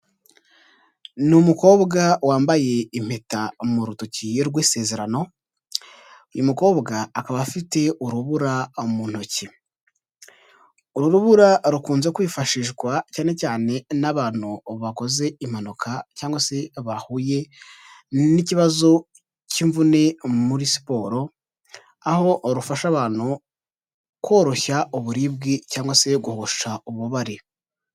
Ni umukobwa wambaye impeta mu rutoki rw'isezerano, uyu mukobwa akaba afite urubura mu ntoki, uru rubura rukunze kwifashishwa cya cyane n'abantu bakoze impanuka, cyangwa se bahuye n'ikibazo cy'imvune muri siporo, aho rufasha abantu koroshya uburibwe, cyangwa se guhosha ububabare.